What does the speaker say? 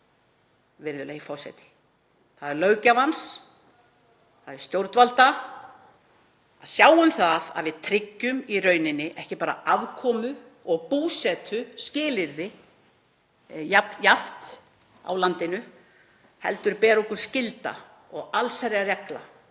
virðulegi forseti, það er löggjafans, það er stjórnvalda að sjá um það að við tryggjum í rauninni ekki bara afkomu og búsetuskilyrði jafnt á landinu heldur ber okkur skylda og það er allsherjarregla